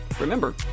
Remember